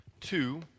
Two